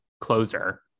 closer